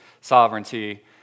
sovereignty